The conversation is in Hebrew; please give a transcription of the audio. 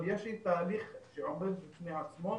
אבל יש תהליך שעומד בפני עצמו,